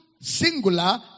singular